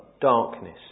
darkness